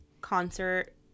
concert